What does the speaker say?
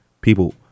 people